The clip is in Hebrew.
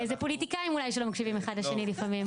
זה פוליטיקאים אולי שלא מקשיבים אחד לשני לפעמים.